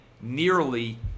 nearly